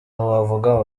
wavuga